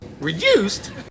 Reduced